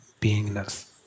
beingness